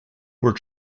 were